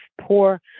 poor